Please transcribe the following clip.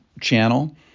channel